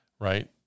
right